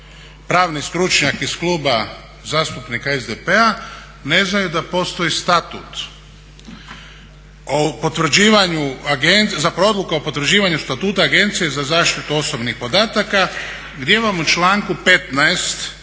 pravni stručnjak iz Kluba zastupnika SDP-a ne znaju da postoji statut o potvrđivanju, zapravo Odluka o potvrđivanju statuta Agencije za zaštitu osobnih podataka gdje imamo u članku 15.